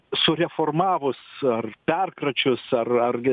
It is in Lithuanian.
sureformavus ar perkračius ar ar g